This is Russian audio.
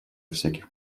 всяких